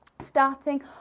Starting